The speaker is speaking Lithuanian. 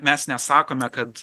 mes nesakome kad